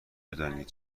بدانید